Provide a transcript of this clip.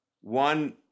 One